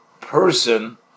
person